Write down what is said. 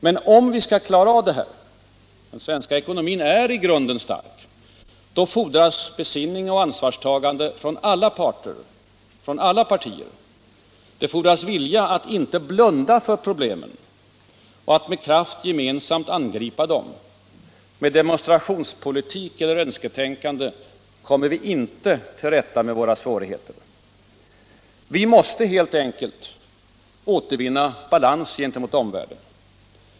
Men om vi skall klara av det här — den svenska ekonomin är i grunden stark —- fordras besinning och ansvarstagande från alla parter och alla partier. Det fordrar vilja att inte blunda för problemen och att med kraft gemensamt angripa dem. Med demonstrationspolitik eller önsketänkande kommer vi inte till rätta med våra svårigheter. Vi måste helt enkelt återvinna balans gentemot omvärlden.